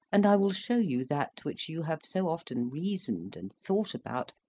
and i will show you that which you have so often reasoned and thought about,